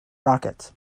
rockets